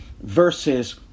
versus